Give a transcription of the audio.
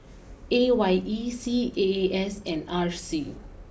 A Y E C A A S and R C